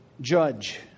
judge